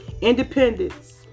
Independence